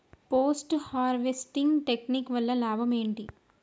Post harvesting technique వల్ల లాభం ఏంటి?